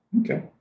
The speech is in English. Okay